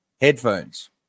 headphones